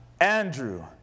Andrew